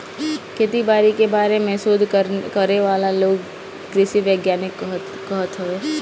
खेती बारी के बारे में शोध करे वाला लोग के कृषि वैज्ञानिक कहल जाला